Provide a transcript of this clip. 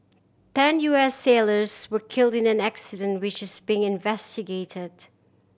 ten U S sailors were killed in the accident which is being investigated